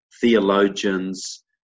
theologians